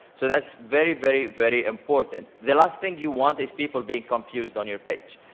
so that's very, very, very important. the last thing you want is people being confused on your page.